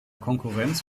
konkurrenz